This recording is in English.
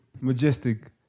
majestic